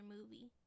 movie